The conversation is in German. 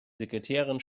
sekretärin